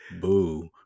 boo